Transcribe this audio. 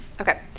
Okay